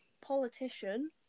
Politician